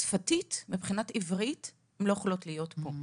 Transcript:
שפתית, מבחינת עברית, הן לא יכולות להיות פה.